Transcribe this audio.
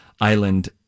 Island